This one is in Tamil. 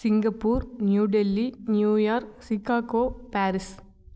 Singapore New Delhi New York Chicago Paris